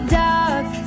dark